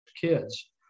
kids